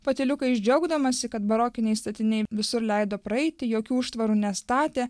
patyliukais džiaugdamasi kad barokiniai statiniai visur leido praeiti jokių užtvarų nestatė